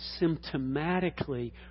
symptomatically